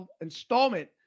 installment